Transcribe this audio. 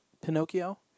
Pinocchio